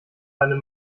eine